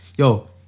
yo